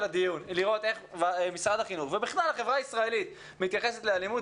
הדיון היא לראות איך משרד החינוך ובכלל החברה הישראלית מתייחסת לאלימות.